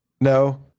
No